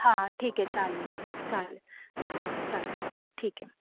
हां ठीक आहे चालेल मग चालेल हां चालेल ठीक आहे मग